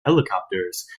helicopters